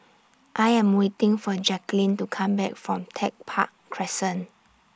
I Am waiting For Jacquelyn to Come Back from Tech Park Crescent